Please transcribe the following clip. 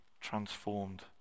transformed